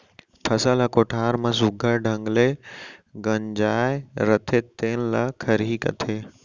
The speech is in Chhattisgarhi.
फसल ह कोठार म सुग्घर ढंग ले गंजाय रथे तेने ल खरही कथें